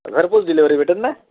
घरपोच डिलेवरी भेटेल ना